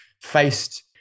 faced